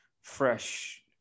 fresh